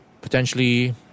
potentially